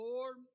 Lord